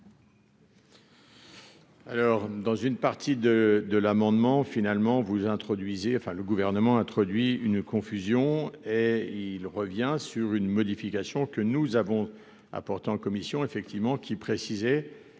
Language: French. Alors dans une partie de de l'amendement finalement vous introduisez enfin le gouvernement introduit une confusion et il revient sur une modification que nous avons apportées en commission effectivement qui précisé